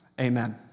Amen